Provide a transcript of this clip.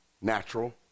natural